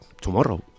tomorrow